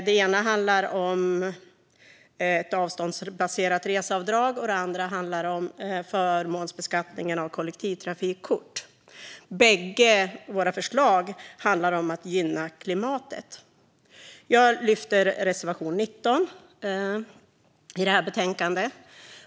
Den ena handlar om ett avståndsbaserat reseavdrag, och den andra handlar om förmånsbeskattningen av kollektivtrafikkort. Bägge våra förslag handlar om att gynna klimatet. Jag vill lyfta fram reservation 19 i betänkandet.